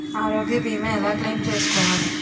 ఆరోగ్య భీమా ఎలా క్లైమ్ చేసుకోవాలి?